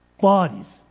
Bodies